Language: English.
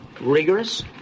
rigorous